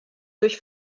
durch